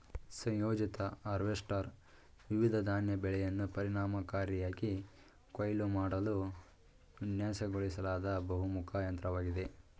ಸಂಯೋಜಿತ ಹಾರ್ವೆಸ್ಟರ್ ವಿವಿಧ ಧಾನ್ಯ ಬೆಳೆಯನ್ನು ಪರಿಣಾಮಕಾರಿಯಾಗಿ ಕೊಯ್ಲು ಮಾಡಲು ವಿನ್ಯಾಸಗೊಳಿಸಲಾದ ಬಹುಮುಖ ಯಂತ್ರವಾಗಿದೆ